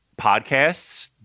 podcasts